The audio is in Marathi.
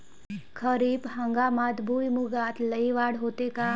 खरीप हंगामात भुईमूगात लई वाढ होते का?